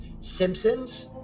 Simpsons